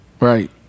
Right